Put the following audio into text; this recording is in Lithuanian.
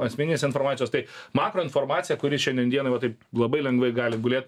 asmeninės informacijos tai makro informacija kuri šiandien dienai va taip labai lengvai gali gulėt